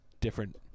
different